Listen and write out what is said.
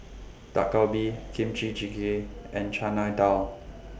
Dak Galbi Kimchi Jjigae and Chana Dal